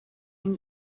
and